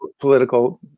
political